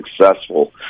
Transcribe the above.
successful